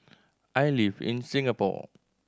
I live in Singapore